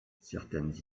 certaines